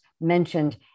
mentioned